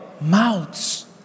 Mouths